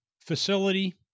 facility